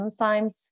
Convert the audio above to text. enzymes